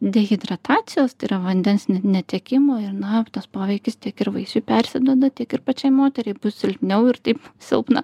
dehidratacijos tai yra vandens ne netekimo ir na tas poveikis tiek ir vaisiui persiduoda tiek ir pačiai moteriai bus silpniau ir taip silpna